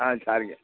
ஆ சரிங்க